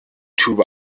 tube